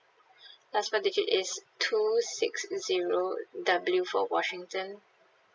last four digit is two six zero W for washington